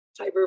Cyber